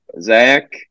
Zach